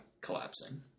collapsing